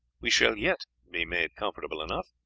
we shall yet be made comfortable enough,